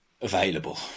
available